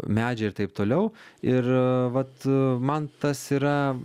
medžiai ir taip toliau ir vat man tas yra